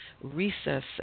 recess